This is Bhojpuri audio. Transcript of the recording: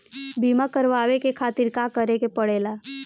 बीमा करेवाए के खातिर का करे के पड़ेला?